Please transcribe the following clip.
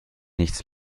nichts